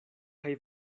kaj